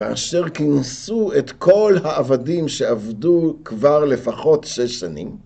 כאשר כנסו את כל העבדים שעבדו כבר לפחות שש שנים.